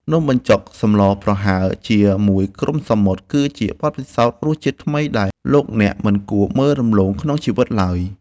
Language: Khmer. នំបញ្ចុកសម្លប្រហើរជាមួយគ្រំសមុទ្រគឺជាបទពិសោធន៍រសជាតិថ្មីដែលលោកអ្នកមិនគួរមើលរំលងក្នុងជីវិតឡើយ។